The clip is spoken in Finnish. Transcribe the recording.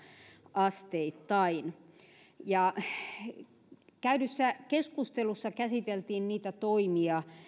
asteittain käydyssä keskustelussa käsiteltiin niitä toimia